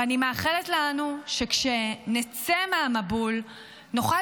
ואני מאחלת לנו שכשנצא מהמבול נוכל